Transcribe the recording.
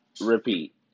repeat